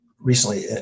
recently